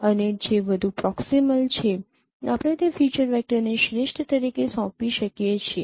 અને જે વધુ પ્રોક્ષિમલ છે આપણે તે ફીચર વેક્ટરને શ્રેષ્ઠ તરીકે સોંપી શકીએ છીએ